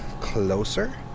closer